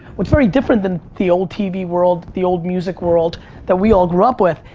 what's very different than the old tv world, the old music world that we all grew up with,